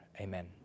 Amen